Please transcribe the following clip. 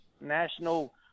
national